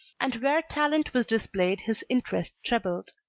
and where talent was displayed his interest trebled.